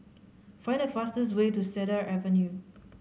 find the fastest way to Cedar Avenue